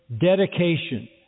dedication